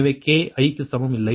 எனவே k i க்கு சமம் இல்லை